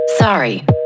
Sorry